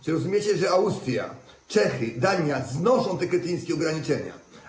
Czy rozumiecie, że Austria, Czechy, Dania znoszą te kretyńskie ograniczenia?